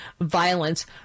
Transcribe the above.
violence